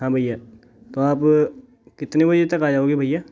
हाँ भैया तो आप कितने बजे तक आ जाओगे भैया